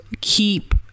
keep